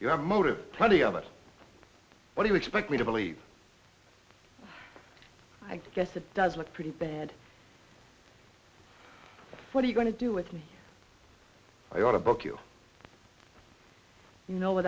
a motive plenty of it what do you expect me to believe i guess it does look pretty bad what are you going to do with me i want to book you know what